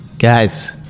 Guys